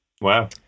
Wow